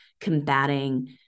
combating